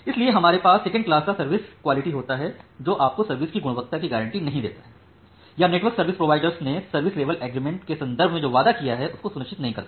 इसलिए हमारे पास सेकंड क्लास का सर्विस क्वालिटी होता है जो आपको सर्विस की गुणवत्ता की गारंटी नहीं देता है या नेटवर्क सर्विस प्रोवाइडर्स ने सर्विस लेवल एग्रीमेंट के संदर्भ में जो भी वादा किया है उसको सुनिश्चित नही करता